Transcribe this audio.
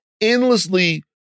endlessly